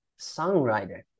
songwriter